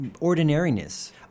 ordinariness